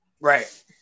right